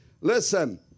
Listen